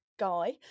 guy